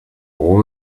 old